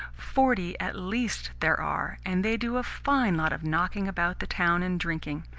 forty at least there are, and they do a fine lot of knocking about the town and drinking.